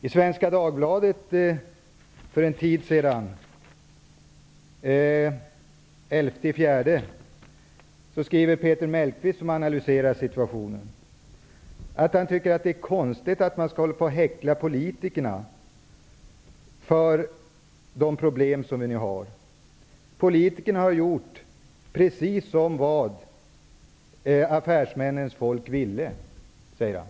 I Svenska Dagbladet den 11 april skriver Peter Malmqvist, som analyserar situationen, att han tycker att det är konstigt att man häcklar politikerna för de problem som vi nu har. Politikerna har gjort precis det affärsmännen ville, säger han.